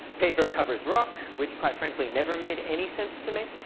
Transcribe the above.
paper covers rock, which quite frankly never made any sense to me.